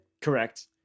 Correct